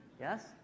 Yes